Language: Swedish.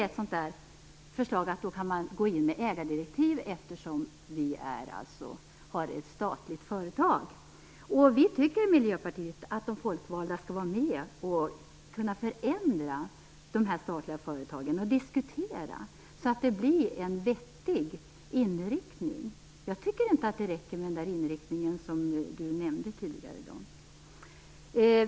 Ett förslag är att man kan gå in med ägardirektiv, eftersom vi har ett statligt företag. Vi i Miljöpartiet tycker att de folkvalda skall vara med och diskutera och kunna förändra de statliga företagen, så att det blir en vettig inriktning. Jag tycker inte att det räcker med den inriktning som Dag Ericson nämnde tidigare.